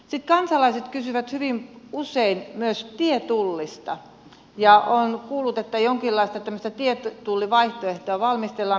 kansalaiset kysyvät hyvin usein myös tietullista ja olen kuullut että jonkinlaista tämmöistä tietullivaihtoehtoa valmistellaan ministeriössä